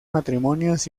matrimonios